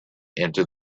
into